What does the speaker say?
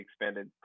expanded